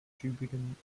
tübingen